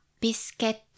biscuit